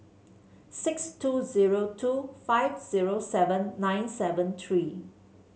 six two zero two five zero seven nine seven three